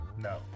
No